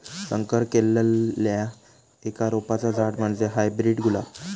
संकर केल्लल्या एका रोपाचा झाड म्हणजे हायब्रीड गुलाब